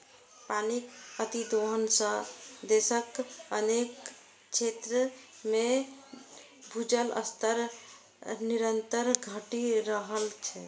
पानिक अतिदोहन सं देशक अनेक क्षेत्र मे भूजल स्तर निरंतर घटि रहल छै